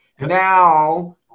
Now